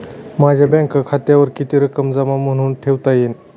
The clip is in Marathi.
माझ्या बँक खात्यावर किती रक्कम जमा म्हणून ठेवता येईल?